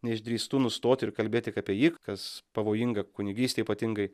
neišdrįstu nustot ir kalbėt tik apie jį kas pavojinga kunigystei ypatingai